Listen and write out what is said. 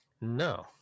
No